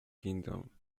kingdom